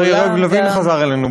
השר יריב לוין חזר אלינו.